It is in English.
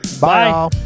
Bye